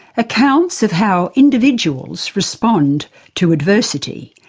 accounts of how individuals respond to adversity.